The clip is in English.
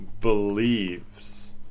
believes